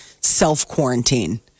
self-quarantine